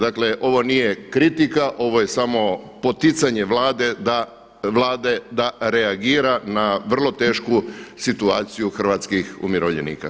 Dakle ovo nije kritika, ovo je samo poticanje Vlade da reagira na vrlo tešku situaciju hrvatskih umirovljenika.